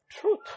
truth